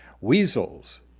Weasels